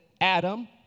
Adam